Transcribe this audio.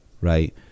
right